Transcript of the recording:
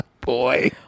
Boy